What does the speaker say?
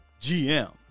gm